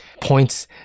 points